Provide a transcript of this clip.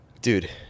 Dude